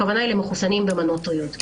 הכוונה למחוסנים במנות טריות.